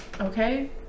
Okay